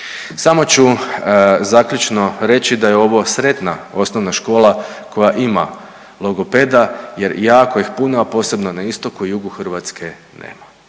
Samo ću zaključno reći da je ovo sretna osnovna škola koja ima logopeda, jer jako ih puno, a posebno na istoku i jugu Hrvatske nema.